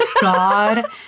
God